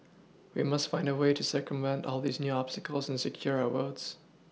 we must find a way to circumvent all these new obstacles and secure our votes